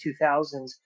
2000s